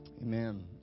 Amen